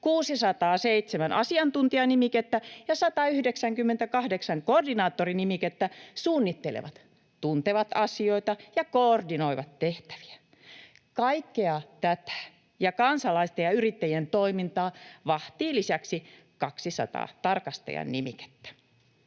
607 asiantuntija-nimikkeellä ja 198 koordinaattori-nimikkeellä olevat suunnittelevat, tuntevat asioita ja koordinoivat tehtäviä. Kaikkea tätä ja kansalaisten ja yrittäjien toimintaa vahditaan lisäksi 200 tarkastaja-nimikkeellä.